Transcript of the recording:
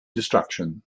destruction